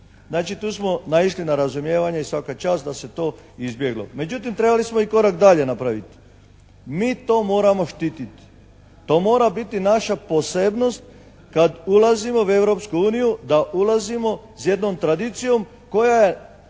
Znači tu smo naišli na razumijevanje i svaka čast da se to izbjeglo. Međutim, trebali smo i korak dalje napraviti. Mi to moramo štititi. To mora biti naša posebnost kad ulazimo u Europsku uniju da ulazimo s jednom tradicijom koja je